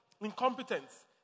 Incompetence